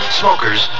smokers